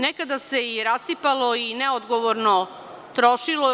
Nekada se i rasipalo i neodgovorno trošilo.